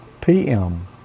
PM